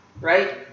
Right